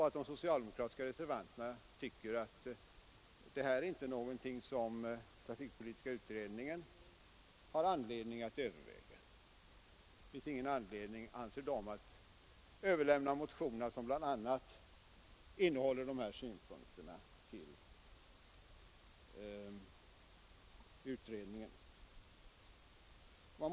Men de socialdemokratiska reservanterna tycker att detta inte är någonting som den trafikpolitiska utredningen har anledning att överväga. Det finns ingen anledning, anser de, att överlämna motionerna, som bl.a. innehåller de här synpunkterna, till utredningen.